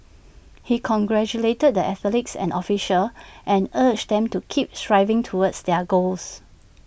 he congratulated the athletes and officials and urged them to keep striving towards their goals